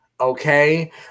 okay